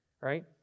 right